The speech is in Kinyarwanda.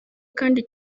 kandi